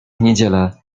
niedzielę